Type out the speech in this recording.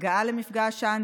הגעה למפגע עשן,